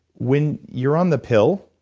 when you're on the pill,